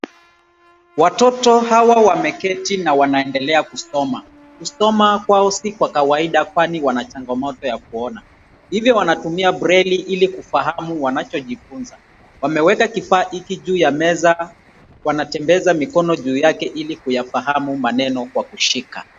Watoto hawa wameketi na wanaendelea kusoma, kusoma kwao sio kwa kawaida kwani wanachangamoto ya kuona hivyo wanatumia breli kufahamu wanacho jifunza, wamweka kifaa hiki juu ya meza wanatembeza mikono juu yake ili kuyafahamu maneno kwa kushika.